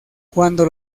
cuando